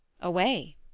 Away